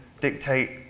dictate